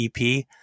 ep